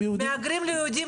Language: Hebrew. זה תלוי.